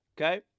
Okay